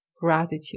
gratitude